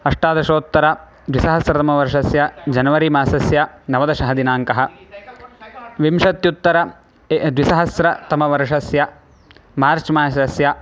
अष्टदशोत्तरद्विसहस्रतमवर्षस्य जनवरिमासस्य नवदशः दिनाङ्कः विंशत्युत्तर ए द्विसहस्रतमवर्षस्य मार्च् मासस्य